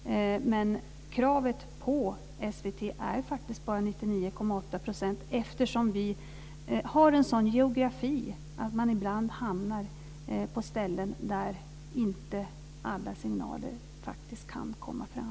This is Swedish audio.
Men kravet på SVT är faktiskt bara 99,8 % täckning, eftersom vi har en sådan geografi att man ibland hamnar på ställen där inte alla signaler kan komma fram.